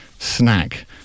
snack